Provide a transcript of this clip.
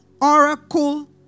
oracle